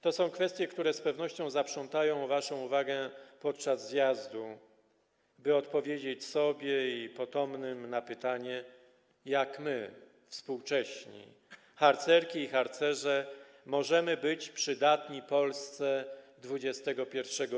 To są kwestie, które z pewnością zaprzątają waszą uwagę podczas zjazdu, by odpowiedzieć sobie i potomnym na pytanie, jak my, współcześni harcerki i harcerze, możemy być przydatni Polsce XXI w.